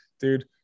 dude